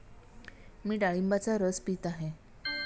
मी डाळिंबाचा रस पीत आहे